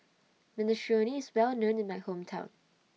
Minestrone IS Well known in My Hometown